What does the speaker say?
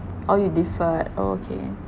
oh you deferred oh okay